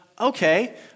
okay